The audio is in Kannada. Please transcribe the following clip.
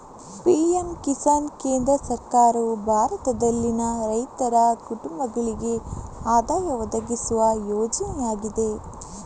ಪಿ.ಎಂ ಕಿಸಾನ್ ಕೇಂದ್ರ ಸರ್ಕಾರವು ಭಾರತದಲ್ಲಿನ ರೈತರ ಕುಟುಂಬಗಳಿಗೆ ಆದಾಯ ಒದಗಿಸುವ ಯೋಜನೆಯಾಗಿದೆ